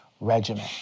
regimen